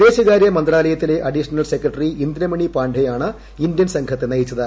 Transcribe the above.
വിദേശകാര്യ മന്ത്രാലയത്തിലെ additional secretary Indramani പാണ്ഡെയാണ് ഇന്ത്യൻ സംഘത്തെ നയിച്ചത്